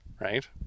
right